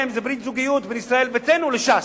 זו ברית זוגיות בין ישראל ביתנו לש"ס.